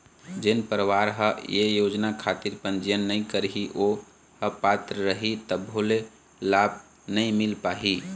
जेन परवार ह ये योजना खातिर पंजीयन नइ करही ओ ह पात्र रइही तभो ले लाभ नइ मिल पाही